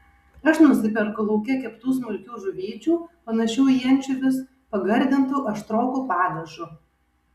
aš nusiperku lauke keptų smulkių žuvyčių panašių į ančiuvius pagardintų aštroku padažu